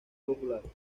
populares